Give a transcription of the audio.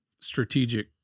strategic